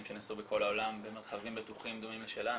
שנעשו בכל העולם במרחבים בטוחים דומים לשלנו,